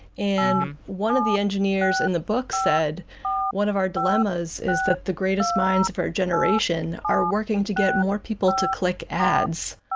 and one of the engineers in the book said one of our dilemmas is that the greatest minds of our generation are working to get more people to click ads.